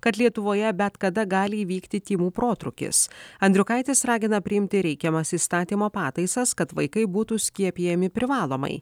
kad lietuvoje bet kada gali įvykti tymų protrūkis andriukaitis ragina priimti reikiamas įstatymo pataisas kad vaikai būtų skiepijami privalomai